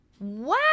wow